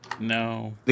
no